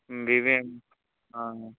ବିଭିନ୍ନ ହଁ